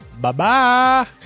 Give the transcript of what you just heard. Bye-bye